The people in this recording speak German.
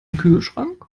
kühlschrank